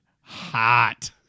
Hot